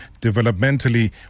developmentally